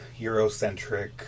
Eurocentric